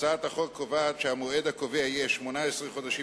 הצעת החוק קובעת שהמועד הקובע יהיה 18 חודשים